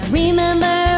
remember